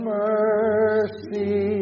mercy